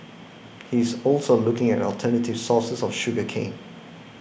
he is also looking at alternative sources of sugar cane